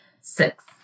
Six